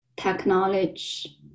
technology